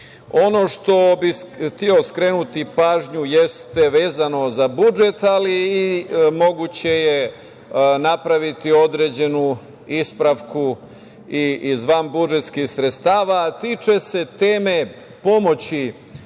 na šta bih skrenuo pažnju je vezano za budžet, ali moguće je napraviti i određenu ispravku iz vanbudžetskih sredstava, a tiče se teme pomoći